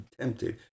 tempted